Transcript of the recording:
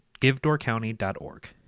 givedoorcounty.org